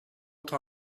votre